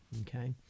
okay